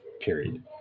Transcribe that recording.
period